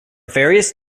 various